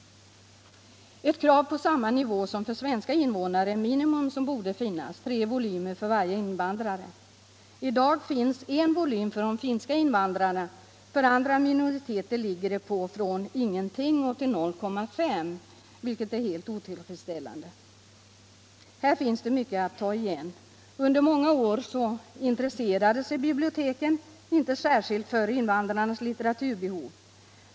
Ett krav på samma nivå som för svenska invånare är att det borde finnas minst tre volymer för varje invandrare. I dag finns det en volym för de finska invandrarna; för andra minoriteter varierar det från ingenting till 0,5. Det är helt otillfredsställande. Här finns det mycket att ta igen. Under många år intresserade sig biblioteken inte särskilt för invandrarnas litteraturbehov.